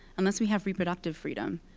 unless we have reproductive freedom.